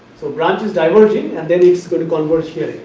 so, branch is diverging and then it is going to converge here,